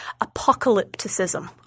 apocalypticism